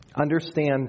Understand